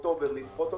באוקטובר ולדחות אותו.